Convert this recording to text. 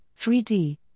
3D